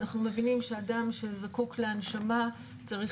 אנחנו מבינים שאדם שזקוק להנשמה צריך